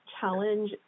challenge